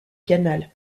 canal